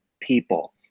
people